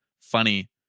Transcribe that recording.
funny